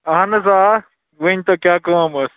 اَہن حظ آ ؤنۍتو کیٛاہ کٲم ٲس